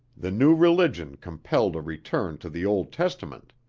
the new religion compelled a return to the old testament.